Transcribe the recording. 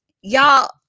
y'all